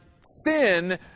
sin